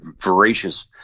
voracious